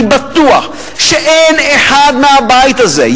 אני בטוח שאין אחד בבית הזה,